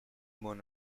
mun